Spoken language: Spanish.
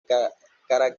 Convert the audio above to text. carácter